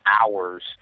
hours